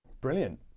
Brilliant